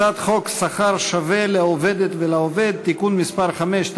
הצעת חוק שכר שווה לעובדת ולעובד (תיקון מס' 5),